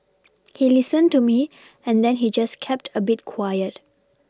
he listened to me and then he just kept a bit quiet